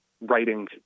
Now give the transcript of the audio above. writing